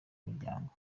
miryango